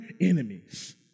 enemies